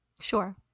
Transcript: Sure